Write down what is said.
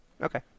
Okay